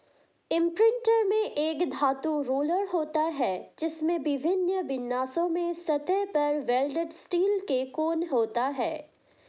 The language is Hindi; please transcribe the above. इम्प्रिंटर में एक धातु रोलर होता है, जिसमें विभिन्न विन्यासों में सतह पर वेल्डेड स्टील के कोण होते हैं